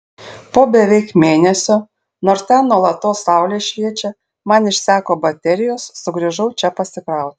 po beveik mėnesio nors ten nuolatos saulė šviečia man išseko baterijos sugrįžau čia pasikrauti